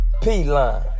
P-Line